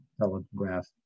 telegraph